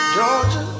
Georgia